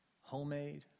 homemade